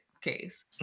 case